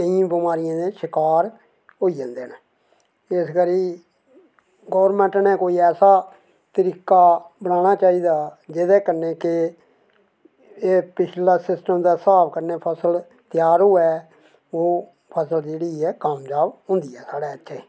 केईं बमारियें दे शकार होई जंदे न इस बारी गौरमैंट नै कोई ऐसा तरीका बनाना चाहिदा जेह्दे कन्नै की एह् पिच्छले सिस्टम दे स्हाब कन्नै फसल त्यार होऐ ओह् फसल जेह्ड़ी ऐ कामजाब होंदी साढ़े इत्थें